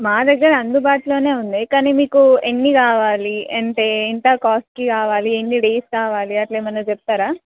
మా దగ్గర అందుబాటులో ఉన్నాయి కానీ మీకు ఎన్ని కావాలి అంటే ఎంత కాస్ట్కి కావాలి ఎన్ని డేస్ కావాలి అట్లా ఏమన్నా చెప్తారా